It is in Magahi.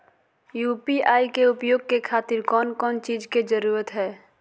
यू.पी.आई के उपयोग के खातिर कौन कौन चीज के जरूरत है?